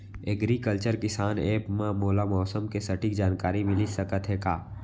Agriculture किसान app मा मोला मौसम के सटीक जानकारी मिलिस सकत हे का?